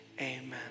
amen